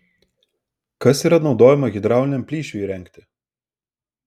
kas yra naudojama hidrauliniam plyšiui įrengti